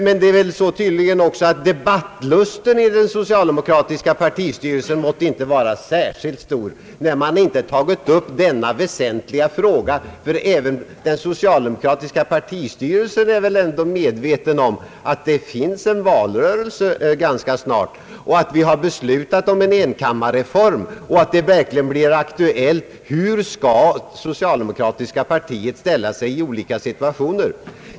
Men det är tydligen också så, att debattlusten i den socialdemokratiska partistyrelsen inte måtte vara särskilt stark, när man inte tagit upp denna väsentliga fråga. Ty även den socialdemokratiska partistyrelsen är väl ändå medveten om att det blir en valrörelse ganska snart och att vi har beslutat en enkammarreform och att frågan verkligen blir aktuell: Hur skall det socialdemokratiska partiet ställa sig i olika situationer?